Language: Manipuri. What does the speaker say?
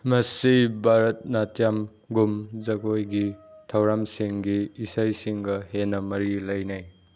ꯃꯁꯤ ꯚꯥꯔꯠ ꯅꯇꯤꯌꯝꯒꯨꯝ ꯖꯒꯣꯏꯒꯤ ꯊꯧꯔꯝꯁꯤꯡ ꯏꯁꯩꯁꯤꯡꯒ ꯍꯦꯟꯅ ꯃꯔꯤ ꯂꯩꯅꯩ